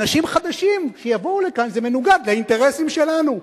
אנשים חדשים שיבואו לכאן זה מנוגד לאינטרסים שלנו,